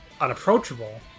unapproachable